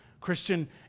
Christian